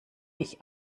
ich